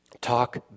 talk